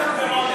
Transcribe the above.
לא רק בעומר.